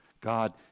God